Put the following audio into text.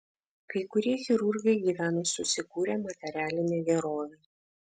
kai kurie chirurgai gyvena susikūrę materialinę gerovę